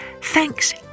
Thanks